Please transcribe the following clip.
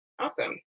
Awesome